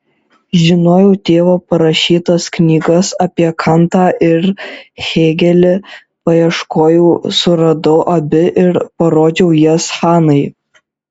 žinojau tėvo parašytas knygas apie kantą ir hėgelį paieškojau suradau abi ir parodžiau jas hanai